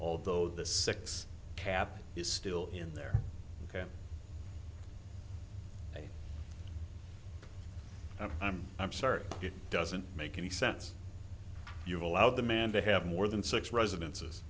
although the six cap is still in there ok i'm i'm i'm sorry it doesn't make any sense you allow the man to have more than six residences